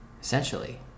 essentially